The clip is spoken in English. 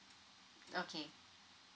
okay